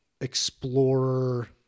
explorer